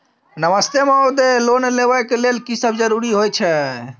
नमस्ते महोदय, लोन लेबै के लेल की सब जरुरी होय छै?